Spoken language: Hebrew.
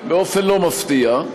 באופן לא מפתיע,